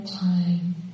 time